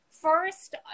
first